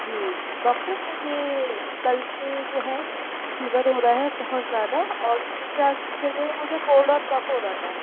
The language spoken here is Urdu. جی ڈاکٹر مجھے کل سے جو ہے فیور ہو رہا ہے بہت زیادہ اور تین چار دن سے جو ہے مجھے کولڈ اور کف ہو رہا تھا